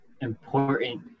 important